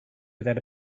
without